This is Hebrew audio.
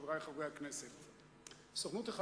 תודה רבה,